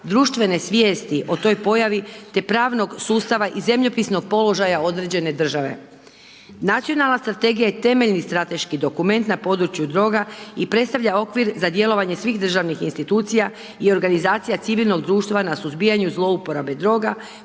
društvene svijesti o toj pojavi, te pravnog sustava i zemljopisnog položaja određene države. Nacionalna strategija je temeljni strateški dokument na području droga i predstavlja okvir za djelovanje svih državnih institucija i organizacija civilnog društva na suzbijanju zlouporabe,